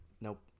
Nope